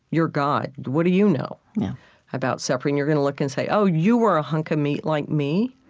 you're god. what do you know about suffering? you're going to look and say, oh, you were a hunk of meat like me?